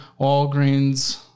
Walgreens